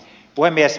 puhemies